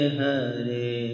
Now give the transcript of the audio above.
Hare